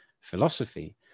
philosophy